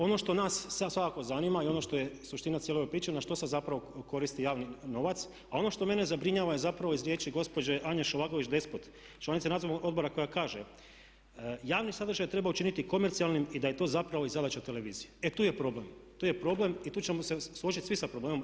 Ono što nas svakako zanima i ono što je suština cijele ove priče na što se zapravo koristi javni novac, a ono što mene zabrinjava je zapravo iz riječi gospođe Anje Šovagović-Despot članice nadzornog odbora koja kaže: "Javni sadržaj treba učiniti komercijalnim i da je to zapravo i zadaća televizije." E tu je problem i tu ćemo se složiti svi sa problemom.